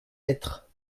lettre